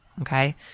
okay